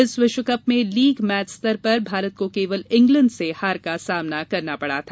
इस विश्वकप में लीग मैच स्तर पर भारत को केवल इंग्लैंड से हार का सामना करना पड़ा था